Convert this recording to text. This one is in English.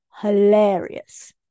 hilarious